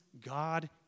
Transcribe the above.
God